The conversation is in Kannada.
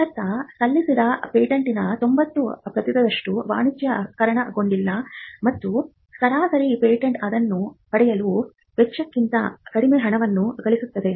ಇದರರ್ಥ ಸಲ್ಲಿಸಿದ ಪೇಟೆಂಟ್ನ 90 ಪ್ರತಿಶತದಷ್ಟು ವಾಣಿಜ್ಯೀಕರಣಗೊಂಡಿಲ್ಲ ಮತ್ತು ಸರಾಸರಿ ಪೇಟೆಂಟ್ ಅದನ್ನು ಪಡೆಯಲು ವೆಚ್ಚಕ್ಕಿಂತ ಕಡಿಮೆ ಹಣವನ್ನು ಗಳಿಸುತ್ತವೆ